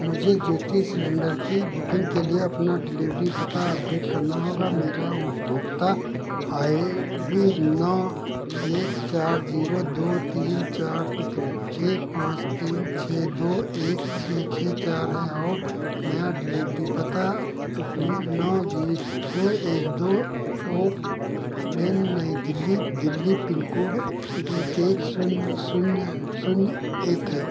मुझे ज्योति सिलेंडर की बुकिंग के लिए अपना डिलीभरी पता अपडेट करना होगा मेरा उपभोक्ता आई डी न एक चार जीरो दो तीन चार छः पाँच तीन छः दो एक छः छः चार है और नया डिलीभरी पता नौ जीरो एक दो ओखलेन नई दिल्ली दिल्ली पिन कोड एक एक शून्य शून्य शून्य एक है